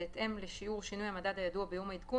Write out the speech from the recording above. בהתאם לשיעור שינוי המדד הידוע ביום העדכון